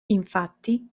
infatti